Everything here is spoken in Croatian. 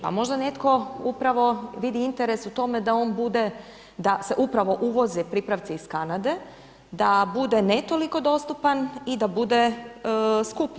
Pa možda netko upravo vidi interes u tome da on bude, da se upravo uvoze pripravci iz Kanade, da bude ne toliko dostupan i da bude skuplji.